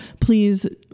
please